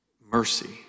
Mercy